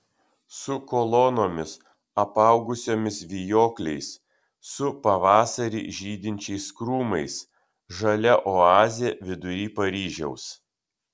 su kolonomis apaugusiomis vijokliais su pavasarį žydinčiais krūmais žalia oazė vidury paryžiaus